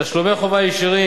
תשלומי חובה ישירים,